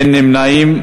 אין נמנעים.